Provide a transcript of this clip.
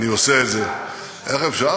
איך אפשר?